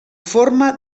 forma